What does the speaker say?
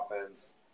offense